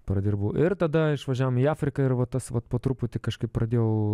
pradirbau ir tada išvažiavom į afriką ir va tas vat po truputį kažkaip pradėjau